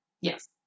Yes